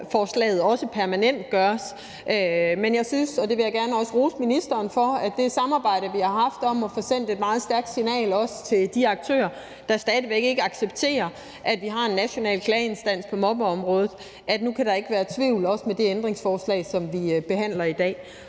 lovforslaget også skulle permanentgøres, men jeg synes – og det vil jeg også gerne rose ministeren for – at det samarbejde, vi har haft, sender et meget stærkt signal, også til de aktører, der stadig væk ikke accepterer, at vi har en national klageinstans på mobbeområdet. Nu kan der ikke være tvivl om det, også med det ændringsforslag, som vi behandler i dag.